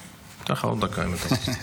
אני אתן לך עוד דקה אם אתה רוצה.